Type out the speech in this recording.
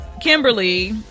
Kimberly